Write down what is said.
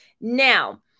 Now